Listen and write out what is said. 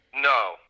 No